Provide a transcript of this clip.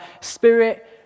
spirit